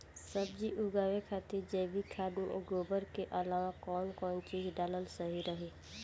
सब्जी उगावे खातिर जैविक खाद मे गोबर के अलाव कौन कौन चीज़ डालल सही रही?